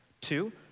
Two